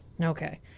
Okay